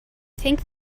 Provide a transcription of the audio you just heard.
think